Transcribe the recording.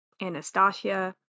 Anastasia